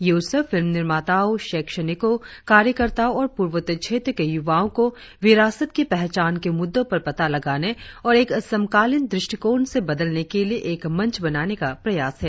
यह उत्सव फिल्म निर्माताओं शैक्षणिकों कार्यकर्ताओं और पूर्वोत्तर क्षेत्र के युवाओं को विरासत की पहचान के मुद्दों का पता लगाने और एक समकालीन दृष्टिकोण से बदलने के लिए एक मंच बनाने का प्रयास है